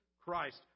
Christ